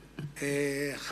בבקשה.